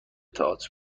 تئاتر